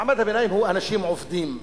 מעמד הביניים הם אנשים עובדים,